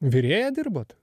virėja dirbot